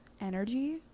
energy